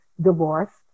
divorced